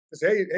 hey